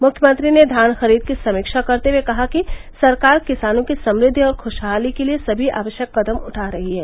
मुख्यमंत्री ने धान खरीद की समीक्षा करते हुए कहा कि सरकार किसानों की समृद्धि और खुशहाली के लिये समी आवश्यक कदम उठा रही है